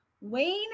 Wayne